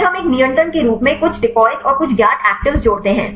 फिर हम एक नियंत्रण के रूप में कुछ decpys और कुछ ज्ञात एक्टीवेस जोड़ते हैं